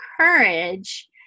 courage